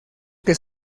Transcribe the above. que